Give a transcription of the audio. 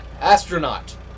Astronaut